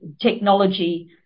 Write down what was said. technology